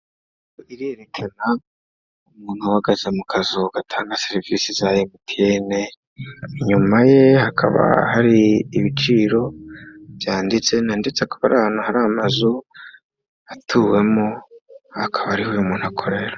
Irerekana umuntu uhagaze mu kazu gatanga serivisi za MTN, inyuma ye hakaba hari ibiciro byanditse ndetse hakaba ari ahantu hari amazu atuwemo hakaba ariho uyu muntu akorera.